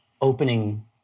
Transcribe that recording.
opening